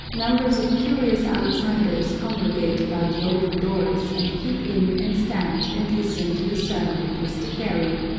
numbers of curious outsiders congregate about the open doors and peep in and stand and listen to the sermon of mr. carey,